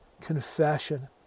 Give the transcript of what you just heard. confession